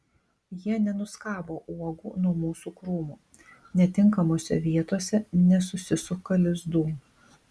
jie nenuskabo uogų nuo mūsų krūmų netinkamose vietose nesusisuka lizdų